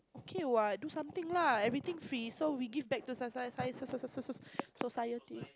okay what do something lah everything free so we give back to si~ si~ si~ si~ si~ su~ so~ so~ society